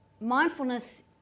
Mindfulness